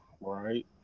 right